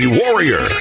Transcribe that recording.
warrior